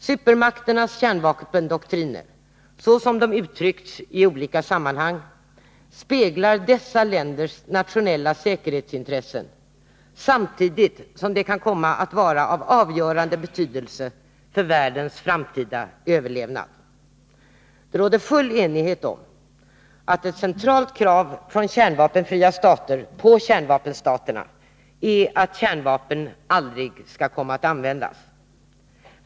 Supermakternas kärnvapendoktriner, så som de uttryckts i olika sammanhang, speglar dessa länders nationella säkerhetsintressen samtidigt som de kan komma att vara av avgörande betydelse för världens framtida överlevnad. Det råder full enighet om att ett centralt krav från kärnvapenfria stater på kärnvapenstaterna är att kärnvapen aldrig skall komma att användas.